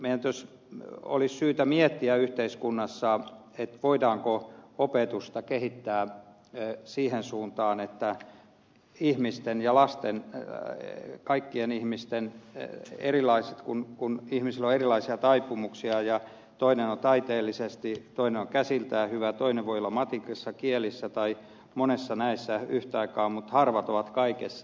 meidän olisi syytä miettiä yhteiskunnassa voidaanko opetusta kehittää siihen suuntaan että otetaan huomioon ihmisten ja lasten kaikkien ihmisten erilaiset taipumukset kun ihmisillä on erilaisia taipumuksia ja toinen on taiteellisesti toinen on käsiltään hyvä toinen voi olla matikassa kielissä tai monessa näissä yhtä aikaa mutta harvat ovat kaikessa